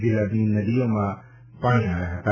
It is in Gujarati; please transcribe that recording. જિલ્લાની નદીમાં પાણી આવ્યા હતા